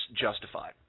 justified